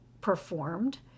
performed